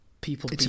people